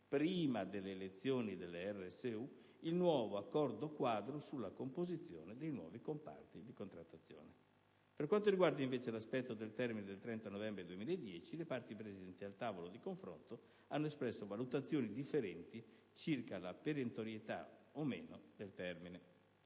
prima delle elezioni delle RSU, il nuovo accordo quadro sulla composizione dei nuovi comparti di contrattazione. Per quanto riguarda invece l'aspetto relativo al termine del 30 novembre 2010, le parti presenti al tavolo di confronto hanno espresso valutazioni differenti circa la perentorietà o meno del termine.